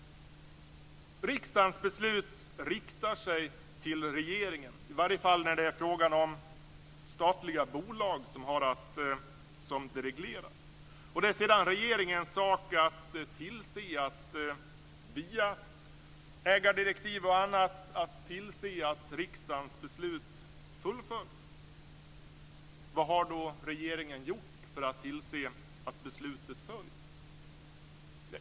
Riksdagens beslut riktar sig till regeringen, i varje fall när det är fråga om statliga bolag som den reglerar. Det är sedan regeringens sak att via ägardirektiv och annat tillse att riksdagens beslut fullföljs. Vad har då regeringen gjort för att tillse att beslutet följs?